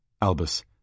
Albus